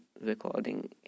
recording